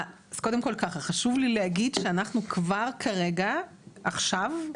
אז חושב לי להגיד שאנחנו כבר כרגע, עכשיו,